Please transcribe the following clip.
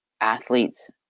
athletes